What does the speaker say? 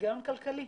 הגיון כלכלי.